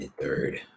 third